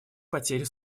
потери